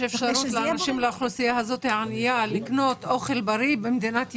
יש אפשרות לאנשים מן האוכלוסייה הענייה לקנות אוכל בריא במדינת ישראל?